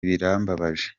birambabaje